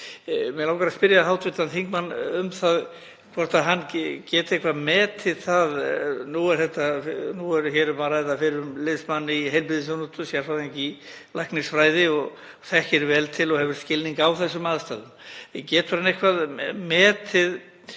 Mig langar að spyrja hv. þingmann um það hvort hann geti eitthvað metið þetta. Nú er hér um að ræða fyrrum liðsmann í heilbrigðisþjónustu, sérfræðing í læknisfræði, og hann þekkir vel til og hefur skilning á þessum aðstæðum. Getur hann eitthvað metið